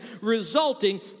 resulting